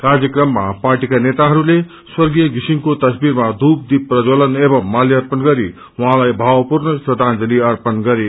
कार्यक्रममा पार्टीका नेताहरूले स्वर्गीय धिसिङको तस्वीरमा धूपदीप प्रञ्ज्वलन एवं माल्यार्पण गरि उहाँलाई भावभिणी श्रदाजंली अर्पण गरे